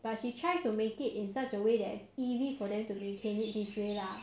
but she tried to make it in such a way that it's easy for them to maintain it this way lah